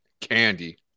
candy